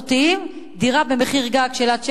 המסורתיים, דירה במחיר גג של עד 600,000,